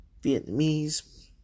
Vietnamese